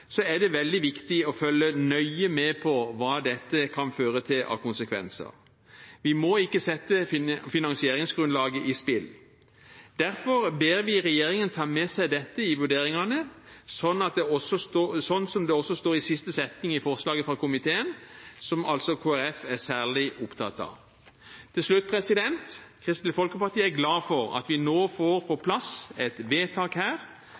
er det veldig viktig å følge nøye med på hva dette kan føre til av konsekvenser. Vi må ikke sette finansieringsgrunnlaget på spill. Derfor ber vi regjeringen ta med seg dette i vurderingene, slik som det også står i siste setning i forslaget til vedtak i komiteens innstilling, og som altså Kristelig Folkeparti er særlig opptatt av. Til slutt: Kristelig Folkeparti er glad for at vi nå får på plass et vedtak her.